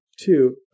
Two